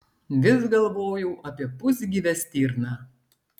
vis galvojau apie pusgyvę stirną